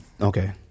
Okay